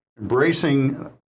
embracing